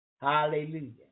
Hallelujah